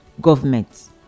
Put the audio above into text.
Government